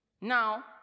Now